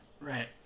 Right